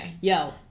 Yo